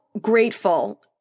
grateful